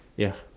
ya